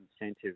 incentive